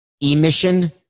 Emission